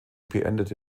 beendete